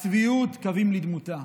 הצביעות, קווים לדמותה.